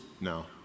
no